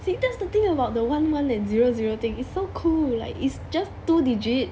see that's the thing about the one one and zero zero thing it's so cool like it's just two digit